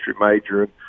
major